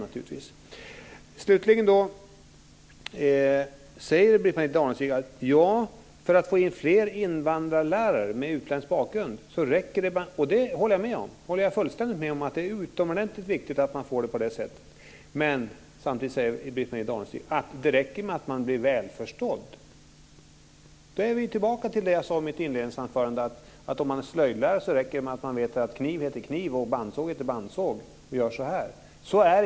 Britt-Marie Danestig talar om att få in fler invandrarlärare med utländsk bakgrund. Jag håller fullständigt med om att det är viktigt. Men samtidigt säger Britt-Marie Danestig att det räcker med att man blir väl förstådd. Då är vi ju tillbaka till det jag sade i mitt inledningsanförande. Om man är slöjdlärare räcker det att man vet att kniv heter kniv och att bandsåg heter bandsåg - att vi gör så här.